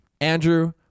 Andrew